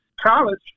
college